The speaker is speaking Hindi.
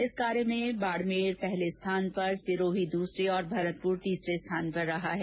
इस कार्य में बाड़मेर पहले स्थान पर सिरोही दूसरे और भरतपुर तीसरे स्थान पर रहा है